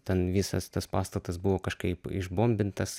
ten visas tas pastatas buvo kažkaip išbombintas